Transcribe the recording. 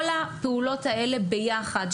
כל הפעולות האלה ביחד,